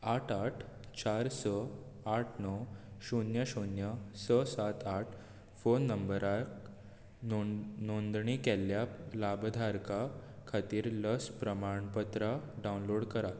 आठ आठ चार स आठ णव शुन्य शुन्य स सात आठ फोन नंबरार नोंद नोंदणी केल्ल्या लाभधारका खातीर लस प्रमाणपत्रां डावनलोड करात